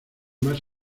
más